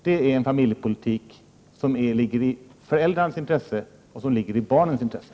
Det är en familjepolitik som ligger i både föräldrarnas och barnens intresse.